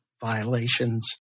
violations